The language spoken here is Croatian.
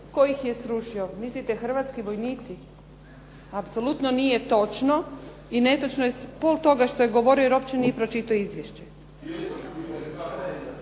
tko ih je srušio? Mislite Hrvatski vojnici. Apsolutno nije točno. I netočno je pola toga što je govorio, jer uopće nije pročitao izvješće.